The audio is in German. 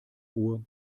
ruhr